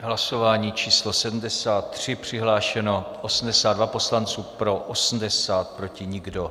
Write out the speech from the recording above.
Hlasování číslo 73, přihlášeno 82 poslanců, pro 80, proti nikdo.